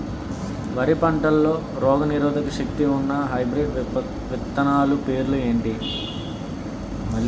వరి పంటలో రోగనిరోదక శక్తి ఉన్న హైబ్రిడ్ విత్తనాలు పేర్లు ఏంటి?